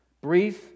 Breathe